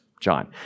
John